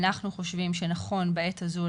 אנחנו חושבים שנכון בעת הזו,